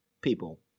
people